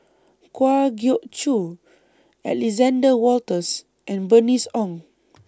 Kwa Geok Choo Alexander Wolters and Bernice Ong